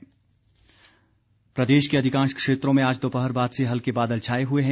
मौसम प्रदेश के अधिकांश क्षेत्रों में आज दोपहर बाद से हल्के बादल छाए हुए हैं